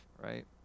right